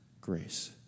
grace